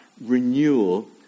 renewal